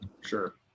Sure